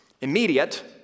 immediate